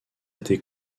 était